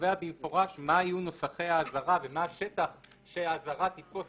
וקובע במפורש מה יהיו נוסחי האזהרה ומה השטח שהאזהרה תתפוס